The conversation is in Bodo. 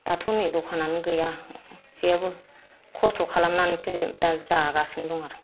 दाथ' नै दखानानो गैया जेबो खस्थ' खालामनानैसो दा जागासिनो दं आरो